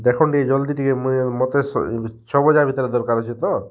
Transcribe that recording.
ଦେଖୁନ୍ ଟିକେ ଜଲ୍ଦି ଟିକେ ମୋତେ ଛଅ ବଜା ଭିତ୍ରେ ଦରକାର୍ ଅଛେ ତ